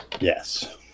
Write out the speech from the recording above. Yes